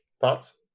Thoughts